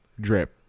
drip